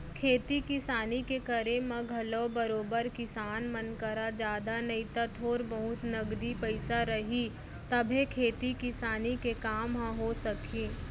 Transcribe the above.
खेती किसानी के करे म घलौ बरोबर किसान मन करा जादा नई त थोर बहुत नगदी पइसा रही तभे खेती किसानी के काम ह हो सकही